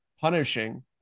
punishing